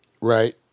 Right